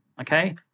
okay